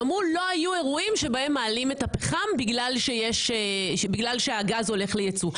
הם אמרו שלא היו אירועים שבהם מעלים את הפחם בגלל שהגז הולך ליצוא.